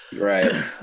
right